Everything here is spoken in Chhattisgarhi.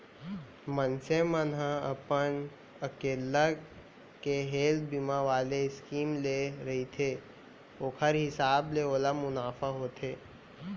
मनसे मन ह अपन अकेल्ला के हेल्थ बीमा वाले स्कीम ले रहिथे ओखर हिसाब ले ओला मुनाफा होथे